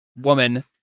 Woman